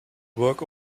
work